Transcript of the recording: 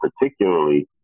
particularly